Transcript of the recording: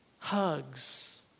Hugs